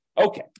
Okay